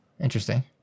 interesting